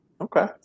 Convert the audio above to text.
Okay